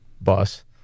bus